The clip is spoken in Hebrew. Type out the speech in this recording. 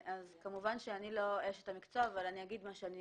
כמובן שאני לא אשת המקצוע אבל אגיד מה שאני